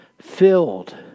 filled